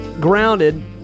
grounded